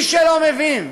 מי שלא מבין,